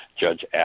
judge